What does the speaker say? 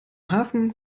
hafen